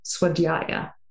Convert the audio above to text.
swadhyaya